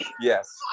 yes